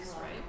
right